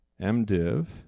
MDiv